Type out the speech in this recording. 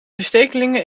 verstekelingen